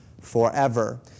forever